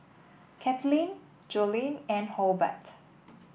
Katelin Joline and Hobart